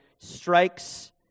strikes